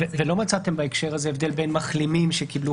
ולא מצאתם הקשר הזה הבדל בין מחלימים שקיבלו